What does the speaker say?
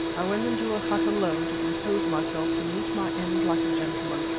i went into a hut alone to compose myself to meet my end like a gentleman,